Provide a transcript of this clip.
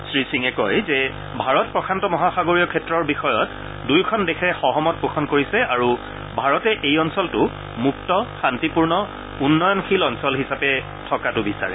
শ্ৰী সিঙে কয় যে ভাৰত প্ৰশান্ত মহাসাগৰীয় ক্ষেত্ৰৰ বিষয়ত দুয়োখন দেশে সহমত পোষণ কৰিছে আৰু ভাৰতে এই অঞ্চলটো মুক্ত শান্তিপূৰ্ণ উন্নয়নশীল অঞ্চল হিচাপে থকাটো বিচাৰে